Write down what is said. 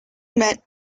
met